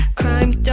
crime